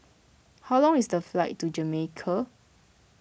how long is the flight to Jamaica